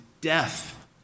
death